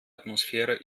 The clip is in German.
atmosphäre